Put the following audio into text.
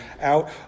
out